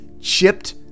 chipped